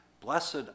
Blessed